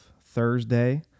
Thursday